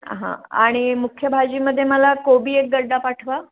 हां आणि मुख्य भाजीमध्ये मला कोबी एक गड्डा पाठवा